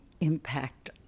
impact